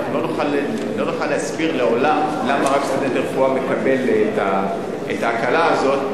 לא נוכל להסביר לעולם למה רק סטודנט לרפואה מקבל את ההקלה הזו,